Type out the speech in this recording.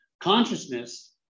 consciousness